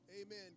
Amen